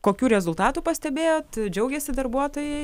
kokių rezultatų pastebėjot džiaugėsi darbuotojai